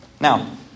Now